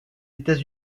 états